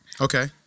Okay